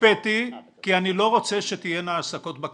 הקפאתי, כי אני לא רוצה שתהיינה העסקות בכרטיס.